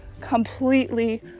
completely